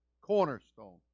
cornerstone